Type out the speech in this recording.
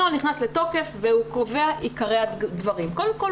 הנוהל נכנס לתוקף והוא קובע עיקרי דברים: קודם כל,